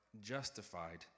justified